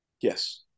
Yes